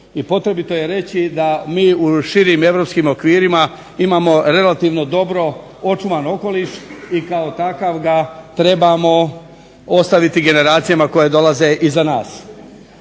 potrebito je reći da mi u širim europskim okvirima imamo relativno dobro očuvan okoliš i kao takav ga trebamo ostaviti generacijama koje dolaze iza nas.